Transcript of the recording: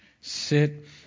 sit